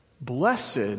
Blessed